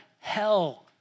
hell